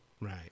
Right